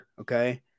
okay